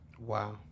Wow